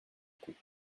coup